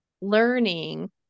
learning